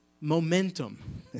momentum